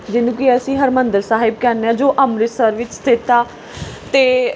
ਜਿਹਨੂੰ ਕਿ ਅਸੀਂ ਹਰਿਮੰਦਰ ਸਾਹਿਬ ਕਹਿੰਦੇ ਹਾਂ ਜੋ ਅੰਮ੍ਰਿਤਸਰ ਵਿੱਚ ਸਥਿਤ ਆ ਅਤੇ